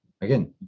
again